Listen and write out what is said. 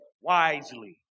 wisely